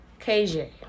KJ